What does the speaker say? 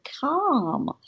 calm